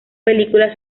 película